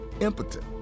impotent